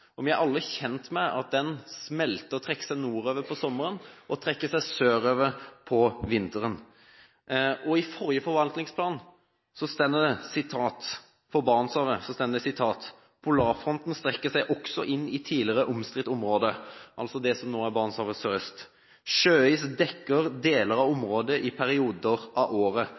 seg nordover på sommeren og trekker seg sørover på vinteren. I forrige forvaltningsplan for Barentshavet står det: «Polarfronten strekker seg også inn i tidligere omstridt område» – altså det som nå er Barentshavet sørøst. – «Sjøis dekker deler av området i perioder av året.